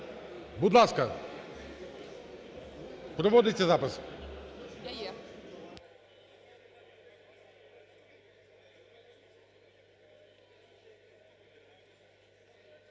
Будь ласка, проводиться запис.